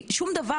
היא שום דבר,